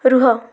ରୁହ